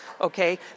Okay